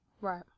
Right